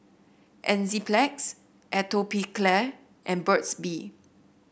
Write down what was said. Enzyplex Atopiclair and Burt's Bee